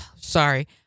sorry